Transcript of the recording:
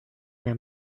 mir